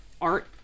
art